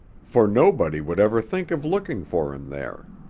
for nobody would ever think of looking for him there.